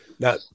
Now